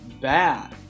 bad